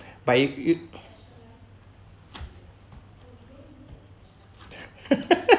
but you you